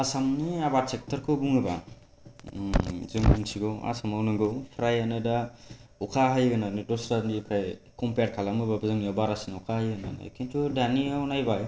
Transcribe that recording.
आसामनि आबाद चेक्टरखौ बुङोब्ला जों मिथिगौ आसामाव नंगौ फ्रायानो दा अखा हायो होनानै दस्रानिफ्राय कमपेयार खालामोबाबो जोंनियाव बारासिन अखा हायो होनानै खिन्थु दानियाव नायबा